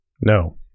No